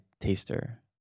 taster